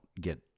get